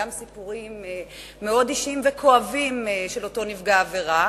גם סיפורים מאוד אישיים וכואבים של אותו נפגע עבירה,